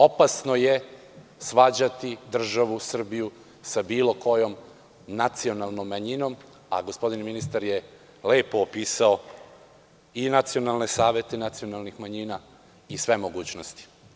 Opasno je svađati državu Srbiju sa bilo kojom nacionalnom manjinom, a gospodin ministar je lepo opisao i nacionalne savete nacionalnih manjina i sve mogućnosti.